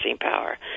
power